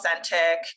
authentic